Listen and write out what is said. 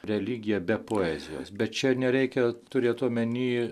religija be poezijos bet čia nereikia turėt omeny